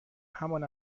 همان